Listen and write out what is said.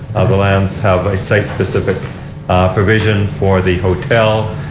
the lands have sight specific provision for the hotel.